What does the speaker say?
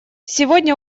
сегодня